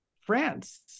France